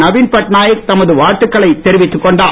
நவீன் பட்நாய்க் தமது வாழ்த்துக்களையும் தெரிவித்துக் கொண்டார்